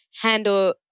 handle